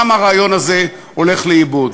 גם הרעיון הזה הולך לאיבוד.